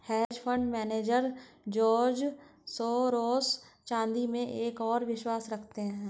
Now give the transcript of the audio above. hedge fund manager George Soros चांदी में एक और विश्वास रखते हैं